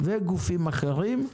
וגופים אחרים.